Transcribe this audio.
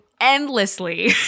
endlessly